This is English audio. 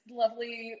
lovely